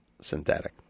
synthetic